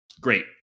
Great